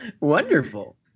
Wonderful